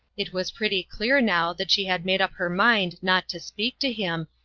it was pretty clear now that she had made up her mind not to speak to him,